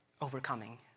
overcoming